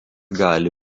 gali